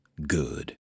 Good